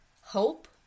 hope